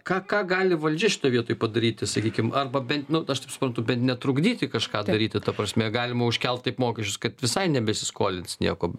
ką ką gali valdžia šitoj vietoj padaryti sakykim arba bent nu aš taip suprantu bent netrukdyti kažką daryti ta prasme galima užkelt taip mokesčius kad visai nebesiskolins nieko